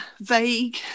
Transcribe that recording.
vague